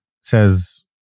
says